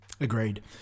Agreed